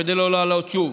כדי לא לעלות שוב,